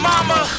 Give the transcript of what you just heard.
Mama